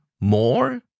more